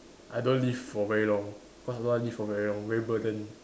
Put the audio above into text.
I don't live for very long cause I don't want to live for very long very burden